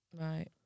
Right